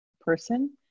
person